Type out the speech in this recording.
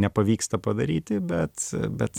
nepavyksta padaryti bet bet